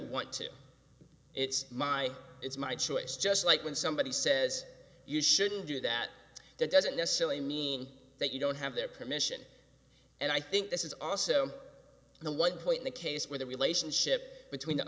want to it's my it's my choice just like when somebody says you shouldn't do that that doesn't necessarily mean that you don't have their permission and i think this is also the what point in the case where the relationship between